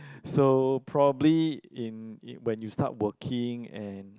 so probably in in when you start working and